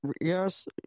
Yes